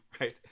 right